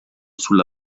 sulla